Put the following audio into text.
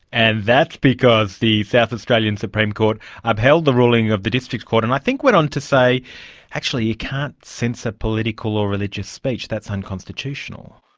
and that's because the south australian supreme court upheld the ruling of the district court and i think went on to say actually you can't censor political or religious speech, that's unconstitutional.